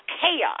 chaos